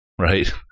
right